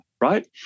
right